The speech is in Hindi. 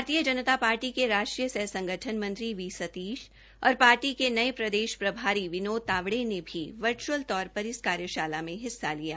भारतीय जनता पार्टी के राष्ट्रीय सह संगठन मंत्री वी सतीश और पार्टी के नये प्रदेश प्रभारी विनोद तावड़े ने भी बर्च्अल तौर इस कार्यशाला में हिस्सा लिया